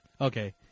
Okay